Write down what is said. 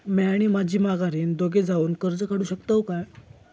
म्या आणि माझी माघारीन दोघे जावून कर्ज काढू शकताव काय?